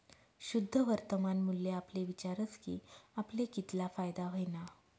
शुद्ध वर्तमान मूल्य आपले विचारस की आपले कितला फायदा व्हयना